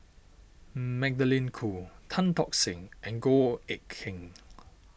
Magdalene Khoo Tan Tock Seng and Goh Eck Kheng